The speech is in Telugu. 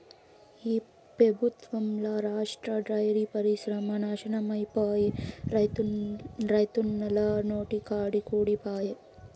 ఈ పెబుత్వంల రాష్ట్ర డైరీ పరిశ్రమ నాశనమైపాయే, రైతన్నల నోటికాడి కూడు పాయె